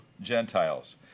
Gentiles